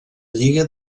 lliga